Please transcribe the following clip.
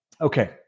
Okay